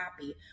happy